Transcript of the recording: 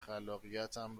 خلاقیتم